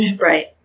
right